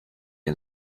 and